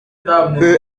peu